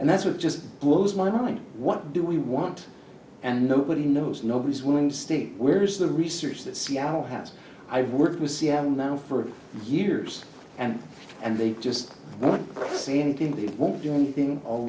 and that's what just blows my mind what do we want and nobody knows nobody swing state where is the research that seattle has i have worked with seattle now for years and and they just want to say anything we won't do anything all